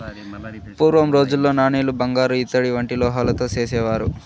పూర్వం రోజుల్లో నాణేలు బంగారు ఇత్తడి వంటి లోహాలతో చేసేవారు